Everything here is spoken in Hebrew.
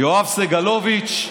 יואב סגלוביץ'